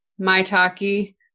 maitake